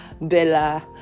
bella